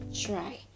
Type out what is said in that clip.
try